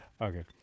Okay